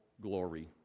glory